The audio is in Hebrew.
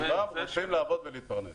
כולם רוצים לעבוד ולהתפרנס.